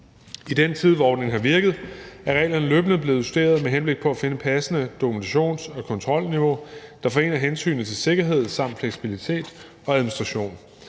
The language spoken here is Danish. I den tid, hvor den har virket, er reglerne løbende blevet justeret med henblik på at finde et passende dokumentations- og kontrolniveau, der forener hensynet til sikkerhed med hensynet til fleksibilitet og administration,